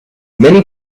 many